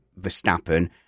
Verstappen